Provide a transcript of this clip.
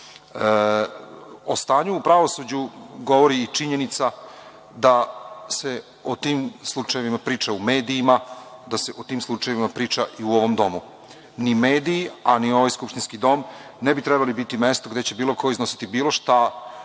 stanju u pravosuđu govori i činjenica da se o tim slučajevima priča u medijima, da se o tim slučajevima priča i u ovom domu. Ni mediji, a ni ovaj skupštinski dom ne bi trebalo biti mesto gde će bilo ko iznositi bilo šta